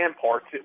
parts